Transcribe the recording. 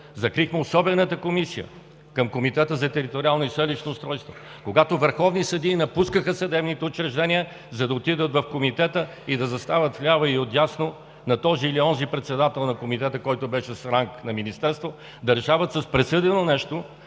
Закрихме особената комисия към Комитета за териториално и селищно устройство, когато върховни съдии напускаха съдебните учреждения, за да отидат в Комитета и да застават вляво и отдясно, на този или онзи председател на Комитета, който беше с ранг на министерство, да решават с присъдено нещо